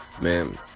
Man